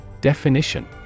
Definition